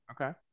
Okay